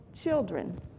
Children